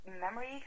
memory